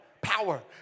power